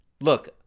Look